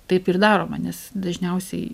taip ir daroma nes dažniausiai